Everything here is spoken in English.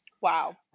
wow